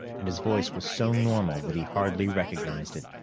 and his voice was so normal that he hardly recognized it.